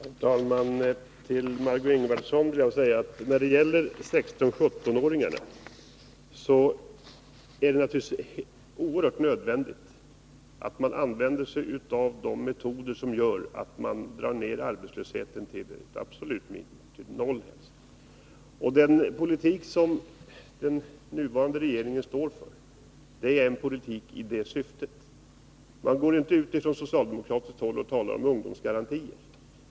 Herr talman! Till Margé6 Ingvardsson vill jag säga att när det gäller 16-17-åringarna är det naturligtvis oerhört nödvändigt att man använder de metoder som innebär att man drar ned arbetslösheten till ett absolut minimum, till noll. Den politik som den nuvarande regeringen står för är en politik i det syftet. Från socialdemokratiskt håll går man inte ut och talar om ungdomsgarantier.